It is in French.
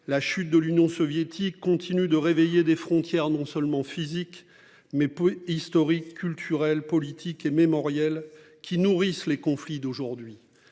la chute de l'Union soviétique continue de réveiller des frontières, non seulement physique mais pouvez historique, culturelle, politique et mémorielle qui nourrissent les conflits d'aujourd'hui.